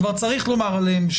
כבר צריך לומר עליהם,